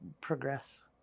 progress